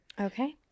Okay